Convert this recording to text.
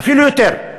ואפילו יותר.